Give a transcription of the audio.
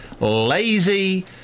lazy